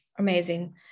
Amazing